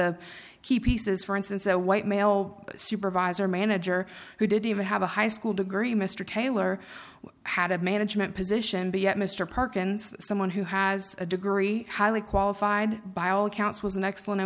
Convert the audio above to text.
the key pieces for instance a white male supervisor manager who didn't even have a high school degree mr taylor had a management position but yet mr perkins someone who has a degree highly qualified by all accounts was an excellent